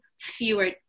fewer